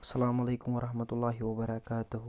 اَلسَلامُ عَلیکُم وَرَحمَتُہ اللہِ وَبَرَکاتہ